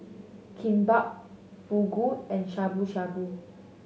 Kimbap Fugu and Shabu Shabu